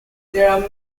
there